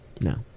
No